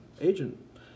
agent